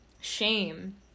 shame